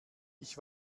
ich